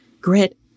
Grit